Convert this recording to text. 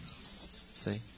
See